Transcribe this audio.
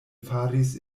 faris